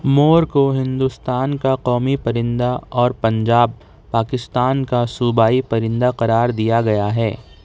مور کو ہندوستان کا قومی پرندہ اور پنجاب پاکستان کا صوبائی پرندہ قرار دیا گیا ہے